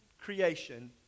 creation